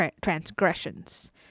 transgressions